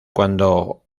cuando